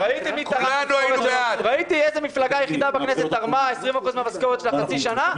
ראיתי איזו מפלגה יחידה בכנסת תרמה 20% מן המשכורת שלה חצי שנה.